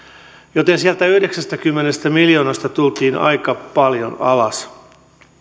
joten sieltä yhdeksästäkymmenestä miljoonasta tultiin aika paljon alas